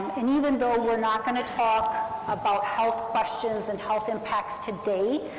and even though and we're not going to talk about health questions and health impacts today,